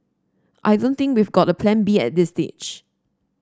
I don't think we've got a Plan B at this stage